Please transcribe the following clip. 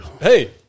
Hey